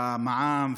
המע"מ,